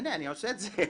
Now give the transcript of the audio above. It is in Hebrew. הנה, אני עושה זאת.